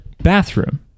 bathroom